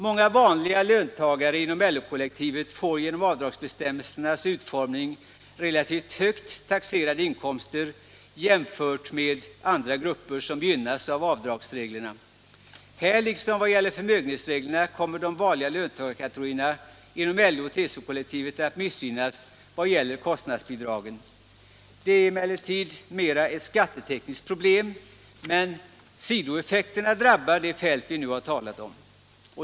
Många vanliga löntagare inom LO-kollektivet får genom avdragsbestämmelsernas utformning relativt höga taxerade inkomster jämfört med andra grupper, som gynnas av avdragsreglerna. Här liksom i vad gäller förmögenhetsreglerna kommer de vanliga löntagarkategorierna inom LO och TCO-kollektiven att missgynnas i fråga om kostnadsbidragen. Detta är visserligen mera ett skattetekniskt problem, men sidoeffekterna drabbar det fält vi nu talar om.